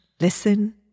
Listen